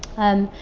and